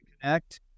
connect